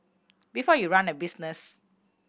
before you run a business